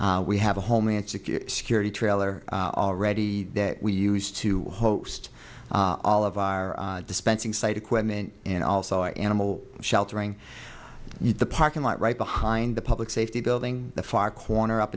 education we have a homeland security security trailer already that we used to host all of our dispensing site equipment and also animal sheltering in the parking lot right behind the public safety building the far corner up